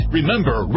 Remember